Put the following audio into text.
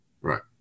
Right